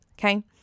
Okay